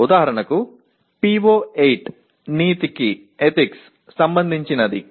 ఉదాహరణకు PO8 నీతికిఎథిక్స్ సంబంధించినది